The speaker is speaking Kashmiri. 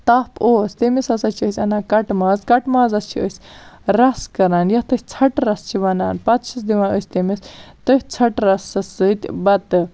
تپھ اوس تٔمِس ہَسا چھِ أسۍ اَنان کَٹہٕ ماز کَٹہٕ مازَس چھِ أسۍ رَس کَران یتھ أسۍ ژھَٹہٕ رَس چھِ وَنان پَتہٕ چھِس دِوان أسۍ تٔمِس تٔتھۍ ژھَٹہٕ رَسَس سۭتۍ بَتہٕ